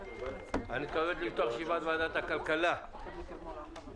אני מתכבד לפתוח את ישיבת ועדת הכלכלה של הכנסת,